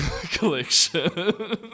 collection